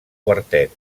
quartet